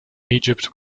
egypt